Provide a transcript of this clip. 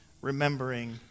remembering